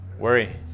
Worry